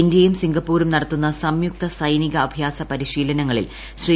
ഇന്ത്യയും സിംഗപ്പൂരും നടത്തുന്ന സംയുക്ത സൈനിക അഭ്യാസ പരിശീലനങ്ങളിൽ ശ്രീ